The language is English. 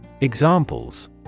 Examples